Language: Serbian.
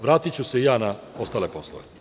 Vratiću se ja na ostale poslove.